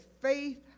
faith